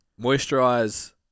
moisturize